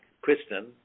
kristen